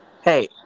Hey